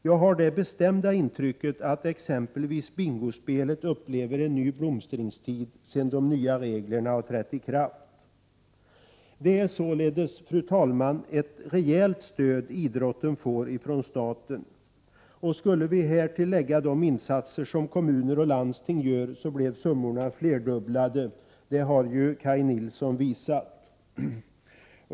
Jag har det bestämda intrycket att t.ex. bingospelet upplever en ny blomstringstid sedan de nya reglerna trätt i kraft. Fru talman! Det är således ett rejält stöd idrotten får från staten. Skulle vi härtill lägga de insatser kommuner och landsting gör skulle summorna flerdubblas, vilket Kaj Nilsson visade.